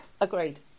agreed